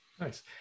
Nice